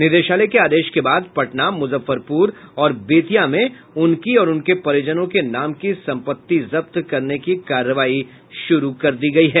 निदेशालय के आदेश के बाद पटना मुजफ्फरपुर और बेतिया में उनकी और उनके परिजनों के नाम की सम्पत्ति जब्त करने की कार्रवाई शुरू कर दी गयी है